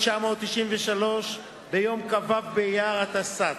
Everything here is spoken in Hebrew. התשנ"ג 1993, ביום כ"ו באייר התשס"ט.